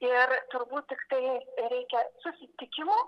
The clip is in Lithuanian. ir turbūt tiktai reikia susitikimų